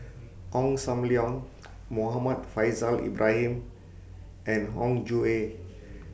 Ong SAM Leong Muhammad Faishal Ibrahim and Hong Jue